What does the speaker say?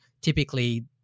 typically